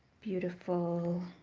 beautiful,